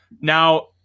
Now